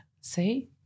see